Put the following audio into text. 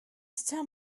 turn